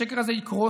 השקר הזה יקרוס